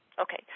Okay